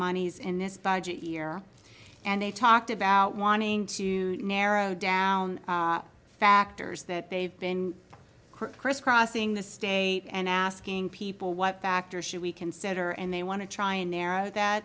monies in this budget year and they talked about wanting to narrow down factors that they've been crisscrossing the state and asking people what factors should we consider and they want to try and narrow that